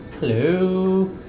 Hello